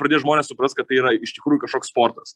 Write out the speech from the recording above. pradės žmonės suprast kad tai yra iš tikrųjų kažkoks sportas